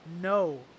no